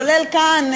כולל כאן,